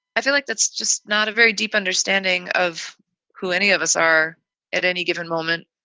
i feel like that's just not a very deep understanding of who any of us are at any given moment.